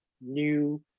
new